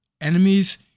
enemies